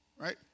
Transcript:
Right